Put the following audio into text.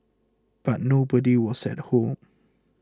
but nobody was at home